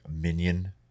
minion